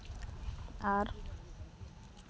ᱟᱨ